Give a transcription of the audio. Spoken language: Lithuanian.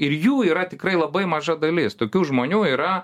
ir jų yra tikrai labai maža dalis tokių žmonių yra